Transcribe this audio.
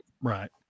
Right